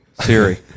Siri